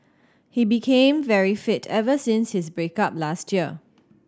he became very fit ever since his break up last year